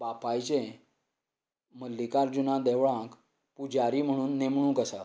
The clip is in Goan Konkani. बापायचे मल्लिकार्जुना देवळांत पुजारी म्हण नेमणूक आसा